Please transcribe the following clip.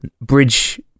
bridge